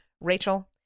Rachel